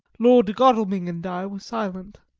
lord godalming and i were silent,